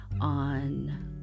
on